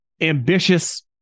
ambitious